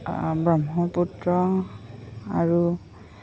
ব্ৰহ্মপুত্ৰ আৰু